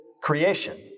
creation